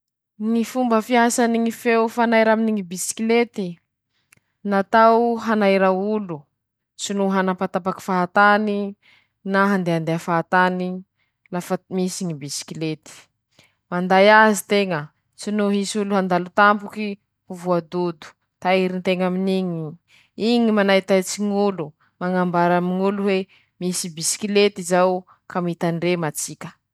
Ndreto aby ñy karazany akanjo noho ñy fomba fampiasa azy kirairaiky aby: -Misy ñy tiserta, ampiasa aminy ñy fisikina mavesatsy manahaky ñy jiny na ñy patalo; -Misy koa ñy fisikina maiva afaky aharo aminy manahaky ñy sôrta; -Misy ñy lobaky, fisikina mañara-penitsy io fisikina lafa mamonjy fety; -Misy koa ñy rôby, afaky ampiasan-teña aminy ñy fiaiña an-davanandro na lafa mamonjy fety.